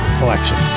collection